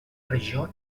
regió